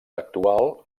actual